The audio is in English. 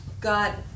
God